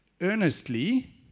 earnestly